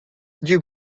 you